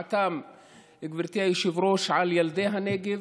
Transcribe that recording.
גברתי היושבת-ראש והשפעתן על ילדי הנגב,